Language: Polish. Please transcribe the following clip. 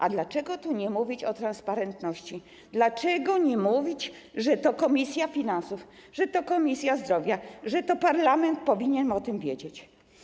A dlaczego tu nie mówić o transparentności, dlaczego nie mówić, że to komisja finansów, że to Komisja Zdrowia, że to parlament powinien o tym wiedzieć?